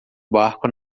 barco